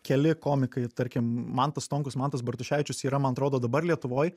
keli komikai tarkim mantas stonkus mantas bartuševičius yra man atrodo dabar lietuvoj